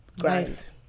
grind